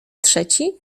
trzeci